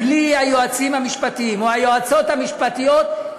בלי היועצים המשפטים או היועצות המשפטיות.